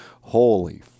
holy